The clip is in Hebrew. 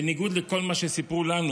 בניגוד לכל מה שסיפרו לנו